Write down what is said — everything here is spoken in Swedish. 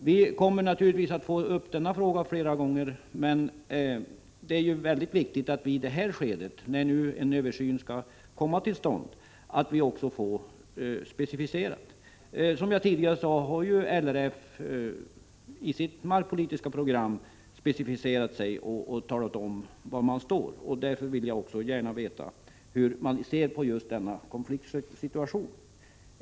Vi kommer naturligtvis att få upp denna fråga flera gånger, men det är väldigt viktigt att vi i det här skedet, när en översyn skall komma till stånd, också får det hela specificerat. Som jag tidigare sade har RLF i sitt markpolitiska program specificerat sig och talat om, var man står. Därför vill jag gärna också veta hur man ser på denna konfliktsituation.